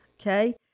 Okay